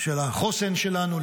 של החוסן שלנו,